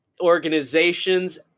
organizations